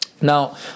Now